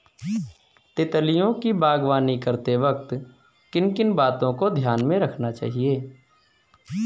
तितलियों की बागवानी करते वक्त किन किन बातों को ध्यान में रखना चाहिए?